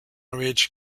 ridge